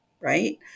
Right